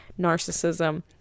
narcissism